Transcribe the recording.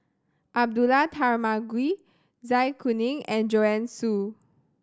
Abdullah Tarmugi Zai Kuning and Joanne Soo